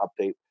update